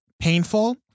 painful